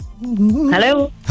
Hello